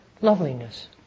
loveliness